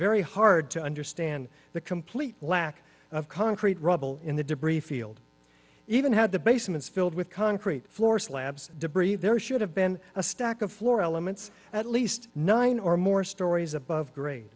very hard to understand the complete lack of concrete rubble in the debris field even had the basements filled with concrete floor slabs debris there should have been a stack of flora limits at least nine or more stories above grade